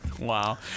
Wow